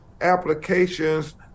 applications